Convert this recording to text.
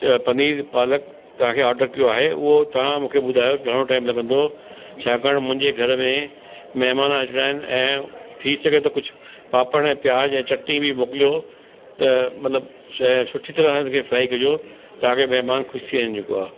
अ पनीर पालक तव्हांखे ऑडर कयो आहे उहो तव्हां मूंखे ॿुधायो घणो टाइम लॻंदो छाकाणि मुंहिंजे घर में महिमान अचणा आहिनि ऐं थी सघे त कुझु पापड़ ऐं प्याज ऐं चटनी बि मोकिलियो त मतिलबु शइ सुठी तरह हुनखे फ्राई कजो ताके महिमान ख़ुशि थी वञे जेको आहे